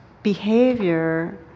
behavior